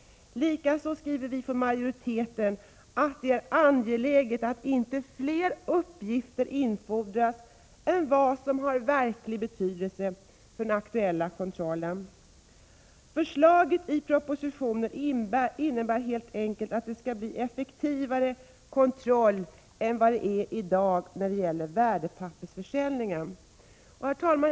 Likaså, skriver vi från majoritetens sida, är det angeläget att inte fler uppgifter infordras än vad som har verklig betydelse för den aktuella kontrollen. Förslaget i propositionen innebär helt enkelt att det skall bli effektivare kontroll än det är i dag när det gäller värdepappersförsäljningen. Herr talman!